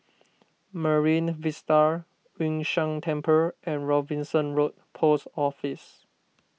Marine Vista Yun Shan Temple and Robinson Road Post Office